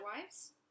Wives